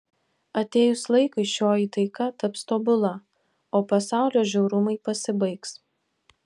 atėjus laikui šioji taika taps tobula o pasaulio žiaurumai pasibaigs